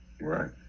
right